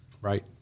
Right